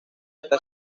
está